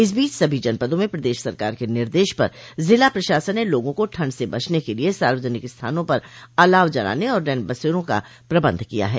इस बीच सभी जनपदों में प्रदेश सरकार के निर्देश पर जिला प्रशासन ने लोगों को ठंड से बचाने के लिये सार्वजनिक स्थानों पर अलाव जलाने और रैन बसेरों का प्रबंध किया है